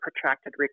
protracted